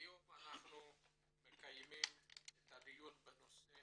היום אנחנו מקיימים דיון בנושא